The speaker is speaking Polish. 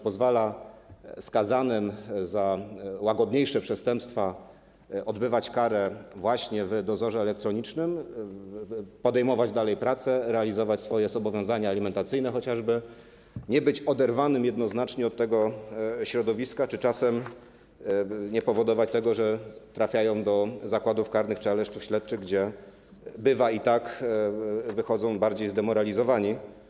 Pozwala skazanym za łagodniejsze przestępstwa odbywać karę właśnie w dozorze elektronicznym, podejmować dalej pracę, realizować chociażby swoje zobowiązania alimentacyjne, nie być oderwanym jednoznacznie od tego środowiska czy czasem nie powodować tego, że trafiają oni do zakładów karnych czy aresztów śledczych, skąd, bywa i tak, wychodzą bardziej zdemoralizowani.